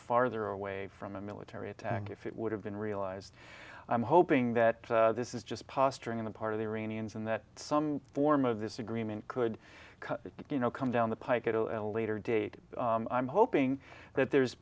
farther away from a military attack if it would have been realized i'm hoping that this is just posturing on the part of the iranians and that some form of this agreement could you know come down the pike at a later date i'm hoping that there is